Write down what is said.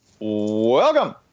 Welcome